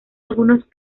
algunos